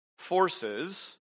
forces